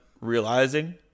realizing